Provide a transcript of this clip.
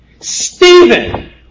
Stephen